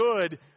good